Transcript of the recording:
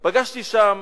פגשתי שם